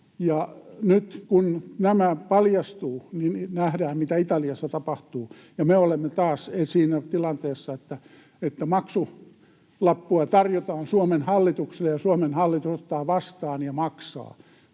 Nyt kun nämä paljastuvat, nähdään, mitä Italiassa tapahtuu, ja me olemme taas siinä tilanteessa, että maksulappua tarjotaan Suomen hallitukselle ja Suomen hallitus ottaa vastaan ja maksaa.